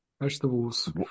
vegetables